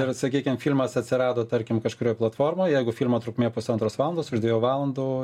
ir sakykim filmas atsirado tarkim kažkurioj platformoj jeigu filmo trukmė pusantros valandos už dviejų valandų